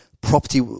property